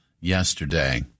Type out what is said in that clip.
yesterday